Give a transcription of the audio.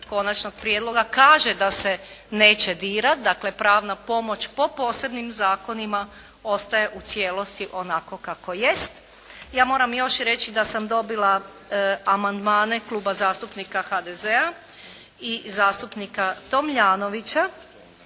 Konačnog prijedloga kaže da se neće dirati, dakle pravna pomoć po posebnim zakonima ostaje u cijelosti onako kako jest. Ja moram još reći da sam dobila amandmane Kluba zastupnika HDZ-a, i zastupnika Tomljanovića